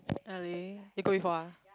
really you go before ah